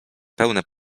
pełne